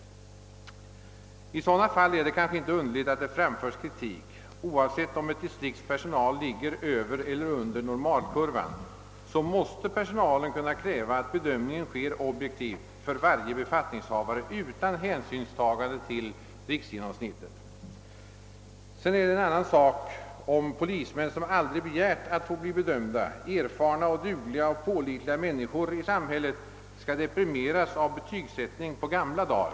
I sådana fall är det kanske inte underligt att det framförs kritik. Oavsett om ett distrikts personal ligger över eller under normalkurvan, måste personalen kunna kräva att bedömningen sker objektivt för varje befattningshavare utan hänsynstagande till riksgenomsnittet. En annan fråga är om polismän, som aldrig begärt att få bli bedömda — erfarna, dugliga och pålitliga människor i samhället — skall behöva bli deprimerade av betygssättning på gamla dagar.